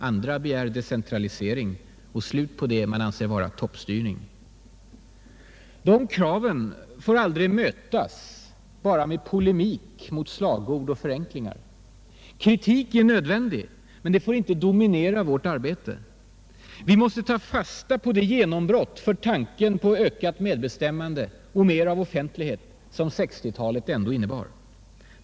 Andra begär decentralisering och slut på det man anser vara ”toppstyrning”. De kraven får aldrig mötas bara med polemik mot slagord och förenklingar. Kritik är nödvändig men får inte dominera vårt arbete. Vi måste ta fasta på det genombrott för tanken på ökat medbestämmande och mer av offentlighet som 1960-talet ändå innebar.